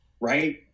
right